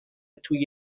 توی